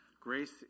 grace